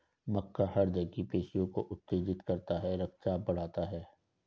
मक्का हृदय की पेशियों को उत्तेजित करता है रक्तचाप बढ़ाता है